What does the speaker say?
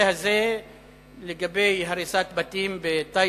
בוועדת הפנים בנושא הזה לגבי הריסת בתים במשולש,